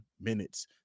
minutes